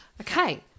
okay